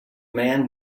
man